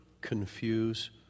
confuse